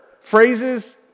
Phrases